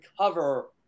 cover